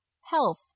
health